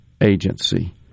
Agency